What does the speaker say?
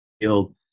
field